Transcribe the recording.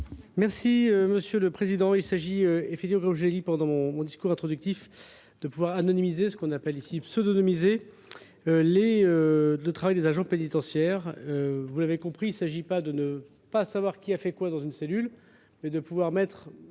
Merci, Monsieur le Président. Il s'agit, et fait du gros gélis pendant mon discours introductif, de pouvoir anonymiser ce qu'on appelle ici pseudonymiser le travail des agents pénitentiaires. Vous l'avez compris, il ne s'agit pas de ne pas savoir qui a fait quoi dans une cellule, mais de pouvoir mettre